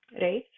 right